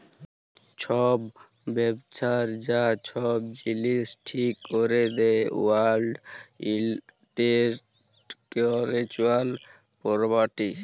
ছব ব্যবসার যা ছব জিলিস ঠিক ক্যরে দেই ওয়ার্ল্ড ইলটেলেকচুয়াল পরপার্টি